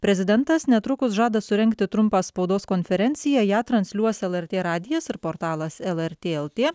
prezidentas netrukus žada surengti trumpą spaudos konferenciją ją transliuos lrt radijas ir portalas lrt lt